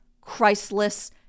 Christless